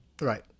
right